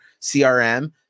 CRM